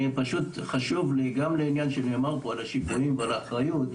דובר כאן על שיקולים ועל אחריות,